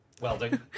Welding